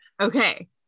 Okay